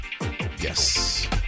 Yes